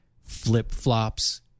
flip-flops